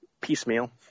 piecemeal